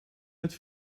met